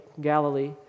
Galilee